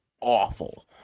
awful